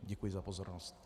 Děkuji za pozornost.